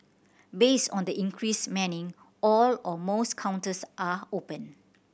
based on the increased manning all or most counters are open